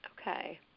Okay